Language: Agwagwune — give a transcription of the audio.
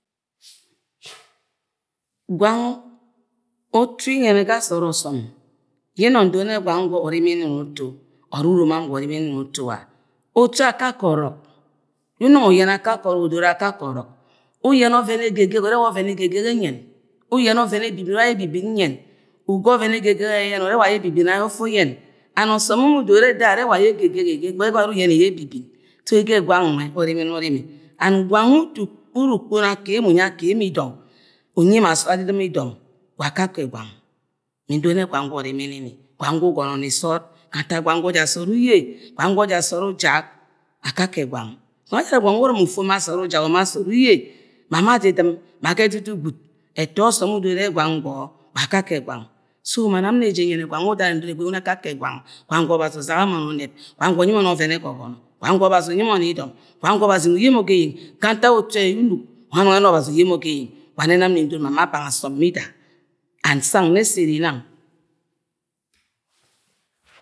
gwamg utu ue̱ nye̱u ne̱ ga sọ urimi ye. nuug ndot ne̱ gwang gwo̱ urimi ni ni utu or uromo am gwo̱ urimini ni utu ula utu akake̱ ọrọk yẹ umung uyẹnẹ akakẹ ọrọkẹ ọven egeggeye umẹ ula ọvẹn ebibin ure ula yẹ ebibin nyẹn ugẹ oⱱẹn egegege ẹyẹyẹn urẹ ula yẹ ebibin ayẹ utu uyen. so. ege gwang nwe urimini uri mi. and guank ule ukp.̣̣ uru ukono aka emo unyi ake mọ idọnu uneji mas-adadim idon ula akakẹ gwang gulo ugọnọ ni sọọd gu ntak gwangulo. ja sood uye gwomgwo ja sọọd usak akak gwang gwang ẹjara gwang ulẹ urɨm ufu uma sọọd ujak uma sọ ọd uɱe ma-ma adadɨm maga ẹdudu gwud ẹtọ ọsọm udono urẹ gwamg wọ wa akakẹ gwang so ma nam ne jẹ namg nyẹnẹ gwamg wẹ uda nang ni-mi mbo̱ma akakẹ gwamg. gwamg, gwọ ọbazi uzaga mọni imeb gwamg gwọ nyi mọni çovẹn ẹgogọnọ gwamg gwo o̱bazi mu uye mọ ge eyeng ga ntak utu. yẹ umk wangẹ enomg ẹna ọbazi uye mọ ga eyeng ula ma nam ni-nindot ma-ma bang asǫm bida and nsang nẹ sẹ ere nang.